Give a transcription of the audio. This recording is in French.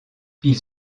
ils